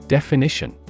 Definition